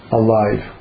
alive